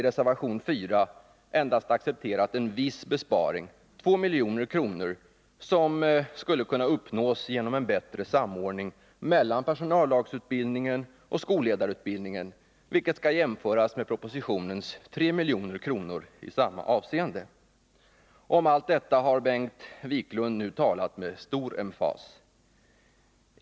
endast accepterat en viss besparing, 2 milj.kr., som skulle kunna uppnås Nr 46 genom en bättre samordning mellan personallagsutbildningen och skolledar Torsdagen den utbildningen, vilket skall jämföras med propositionens 3 milj.kr. Om allt 41 december 1980 detta har Bengt Wiklund talat med stor emfas.